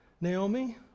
Naomi